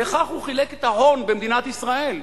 וכך הוא חילק את ההון במדינת ישראל,